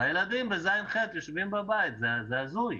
והילדים בז'-ח' יושבים בבית, זה הזוי.